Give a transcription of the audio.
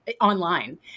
online